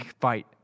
fight